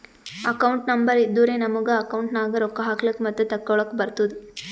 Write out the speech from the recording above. account number ಇದ್ದುರೆ ನಮುಗ account ನಾಗ್ ರೊಕ್ಕಾ ಹಾಕ್ಲಕ್ ಮತ್ತ ತೆಕ್ಕೊಳಕ್ಕ್ ಬರ್ತುದ್